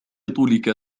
طولك